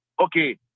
Okay